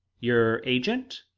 your agent?